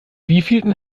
wievielten